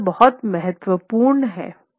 तो यह बहुत महत्वपूर्ण है